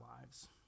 lives